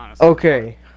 Okay